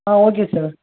ah okay sir